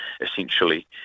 essentially